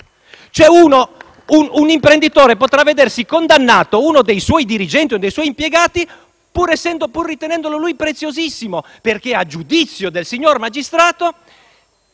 FI-BP)*. Un imprenditore potrà vedere condannato uno dei suoi dirigenti o un suo impiegato, pur ritenendolo lui preziosissimo, perché a giudizio del signor magistrato